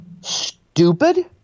stupid